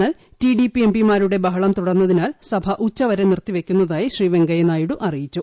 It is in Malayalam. എന്നാൽ ടി ഡി പി എം പിമാരുടെ ബഹളം തുടർന്നതിനാൽ സഭ ഉച്ചവരെ നിർത്തിവയ്ക്കുന്നതായി ശ്രീ വെങ്കയ്യ നായിഡു അറിയിച്ചു